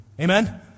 Amen